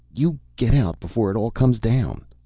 you get out before it all comes down.